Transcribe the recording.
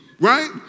right